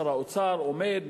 שר האוצר עומד,